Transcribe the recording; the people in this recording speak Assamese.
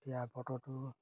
এতিয়া বতৰটো